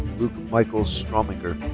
luke michael strominger.